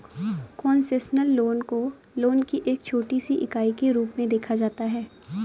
concessional loan को loan की एक छोटी सी इकाई के रूप में देखा जाता है